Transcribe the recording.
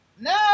No